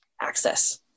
access